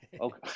Okay